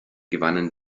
gewannen